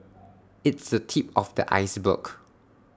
it's the tip of the iceberg